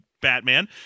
Batman